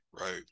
right